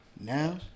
now